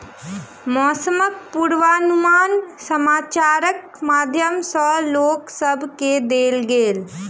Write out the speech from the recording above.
मौसमक पूर्वानुमान समाचारक माध्यम सॅ लोक सभ केँ देल गेल